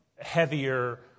heavier